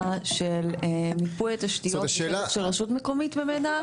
של מיפוי התשתיות של רשות מקומית ממנה.